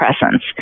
presence